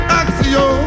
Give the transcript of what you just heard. axio